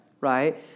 right